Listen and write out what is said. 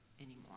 anymore